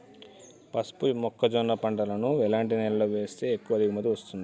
పసుపు మొక్క జొన్న పంటలను ఎలాంటి నేలలో వేస్తే ఎక్కువ దిగుమతి వస్తుంది?